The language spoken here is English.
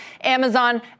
Amazon